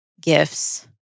gifts